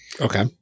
Okay